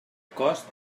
cost